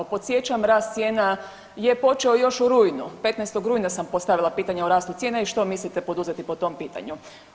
Podsjećam rast cijena je počeo još u rujnu, 15. rujna sam postavila pitanje o rastu cijena i što mislite poduzeti po tom pitanju.